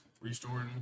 restoring